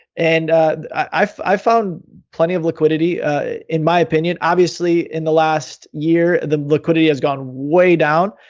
and i found plenty of liquidity in my opinion. obviously in the last year, the liquidity has gone way down.